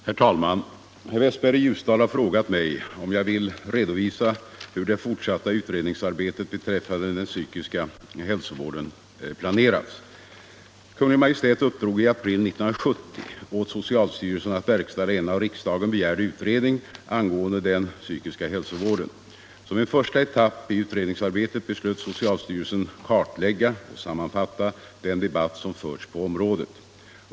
Herr talman! Herr Westberg i Ljusdal har frågat mig om jag vill redovisa hur det fortsatta utredningsarbetet beträffande den psykiska hälsovården planerats. Kungl. Maj:t uppdrog i april 1970 åt socialstyrelsen att verkställa en av riksdagen begärd utredning angående den psykiska hälsovården. Som en första etapp i utredningsarbetet beslöt socialstyrelsen kartlägga och sammanfatta den debatt som förts på området.